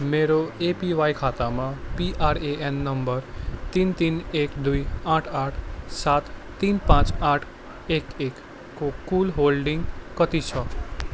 मेरो एपिवाई खातामा PRAN number तिन तिन एक दुई आठ आठ सात तिन पाँच आठ एक एक को कुल होल्डिङ कति छ